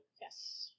yes